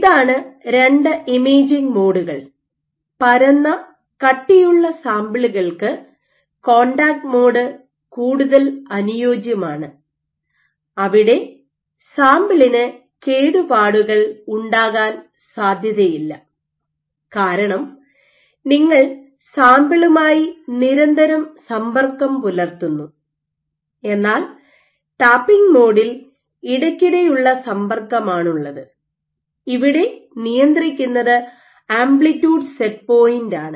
ഇതാണ് രണ്ട് ഇമേജിംഗ് മോഡുകൾ പരന്ന കട്ടിയുള്ള സാമ്പിളുകൾക്ക് കോൺടാക്റ്റ് മോഡ് കൂടുതൽ അനുയോജ്യമാണ് അവിടെ സാമ്പിളിന് കേടുപാടുകൾ ഉണ്ടാകാൻ സാധ്യതയില്ല കാരണം നിങ്ങൾ സാമ്പിളുമായി നിരന്തരം സമ്പർക്കം പുലർത്തുന്നു എന്നാൽ ടാപ്പിംഗ് മോഡിൽ ഇടയ്ക്കിടെയുള്ള സമ്പർക്കമാണുള്ളത് ഇവിടെ നിയന്ത്രിക്കുന്നത് ആംപ്ലിറ്റ്യൂഡ് സെറ്റ് പോയിന്റാണ്